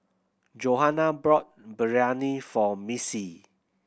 Johana brought Biryani for Missy